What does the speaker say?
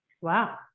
Wow